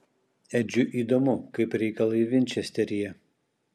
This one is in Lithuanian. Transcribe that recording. edžiui įdomu kaip reikalai vinčesteryje